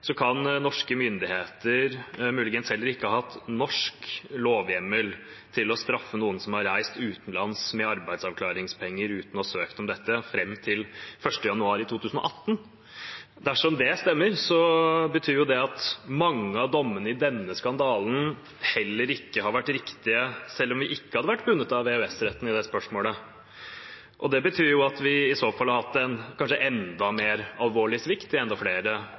kan norske myndigheter muligens heller ikke hatt norsk lovhjemmel til å straffe noen som har reist utenlands med arbeidsavklaringspenger uten å ha søkt om dette, frem til 1. januar 2018. Dersom det stemmer, betyr det at mange av dommene i denne skandalen heller ikke hadde vært riktige om vi ikke hadde vært bundet av EØS-retten i det spørsmålet. Det betyr jo i så fall at vi har hatt en kanskje enda mer alvorlig svikt, hos enda flere